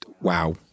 Wow